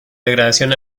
degradación